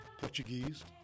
Portuguese